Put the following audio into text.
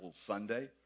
Sunday